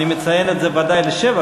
אני מציין את זה ודאי לשבח,